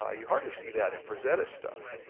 ah you hardly see that in frazetta stuff.